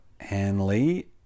hanley